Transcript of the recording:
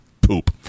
Poop